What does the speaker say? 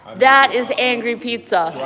that is angry pizza.